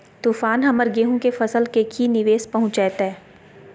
तूफान हमर गेंहू के फसल के की निवेस पहुचैताय?